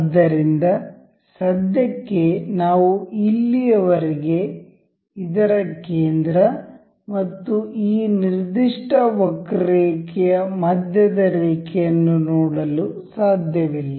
ಆದ್ದರಿಂದ ಸದ್ಯಕ್ಕೆ ನಾವು ಇಲ್ಲಿಯವರೆಗೆ ಇದರ ಕೇಂದ್ರ ಮತ್ತು ಈ ನಿರ್ದಿಷ್ಟ ವಕ್ರರೇಖೆಯ ಮಧ್ಯದ ರೇಖೆಯನ್ನು ನೋಡಲು ಸಾಧ್ಯವಿಲ್ಲ